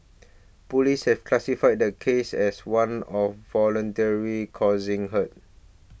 police have classified the case as one of voluntary causing hurt